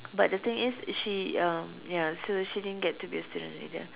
but the thing is is she uh ya so she didn't get to be a student leader